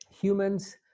Humans